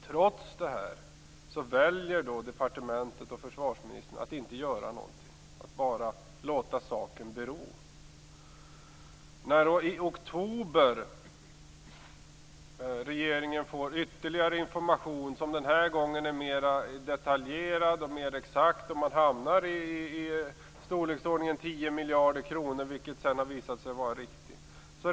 Trots det här väljer departementet och försvarsministern att inte göra någonting, att bara låta saken bero. I oktober får regeringen ytterligare information, som den här gången är mer detaljerad och mer exakt. Man hamnar på ett belopp i storleksordningen 10 miljarder kronor, vilket sedan har visat sig vara riktigt.